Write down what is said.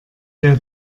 der